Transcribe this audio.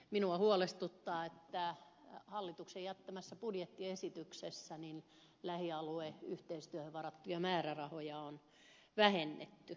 minua huolestuttaa että hallituksen jättämässä budjettiesityksessä lähialueyhteistyöhön varattuja määrärahoja on vähennetty